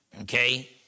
okay